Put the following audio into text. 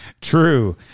True